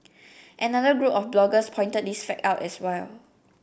another group of bloggers pointed this fact out as well